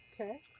Okay